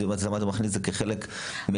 אז למה אתה מכניס את זה כחלק ממערך.